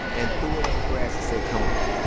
and threw it on the grass and said, come on